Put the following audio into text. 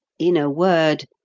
in a word,